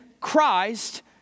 Christ